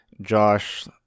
Josh